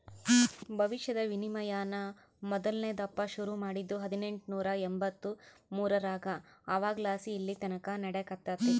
ಭವಿಷ್ಯದ ವಿನಿಮಯಾನ ಮೊದಲ್ನೇ ದಪ್ಪ ಶುರು ಮಾಡಿದ್ದು ಹದಿನೆಂಟುನೂರ ಎಂಬಂತ್ತು ಮೂರರಾಗ ಅವಾಗಲಾಸಿ ಇಲ್ಲೆತಕನ ನಡೆಕತ್ತೆತೆ